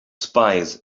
spies